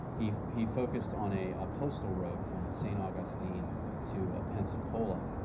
he he focused on a ah postal road from saint augustine to ah pensacola.